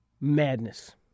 madness